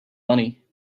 money